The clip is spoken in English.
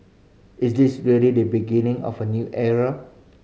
is this really the beginning of a new era